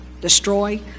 destroy